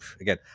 again